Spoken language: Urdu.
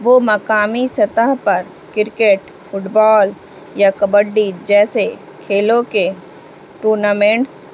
وہ مقامی سطح پر کرکٹ فٹ بال یا کبڈی جیسے کھیلوں کے ٹورنامنٹس